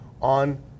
on